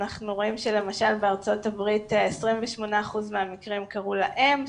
אנחנו רואים שלמשל בארצות הברית 28% מהמקרים קרו לאם,